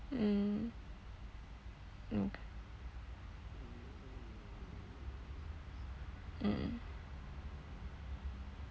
mm mmhmm mm